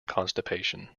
constipation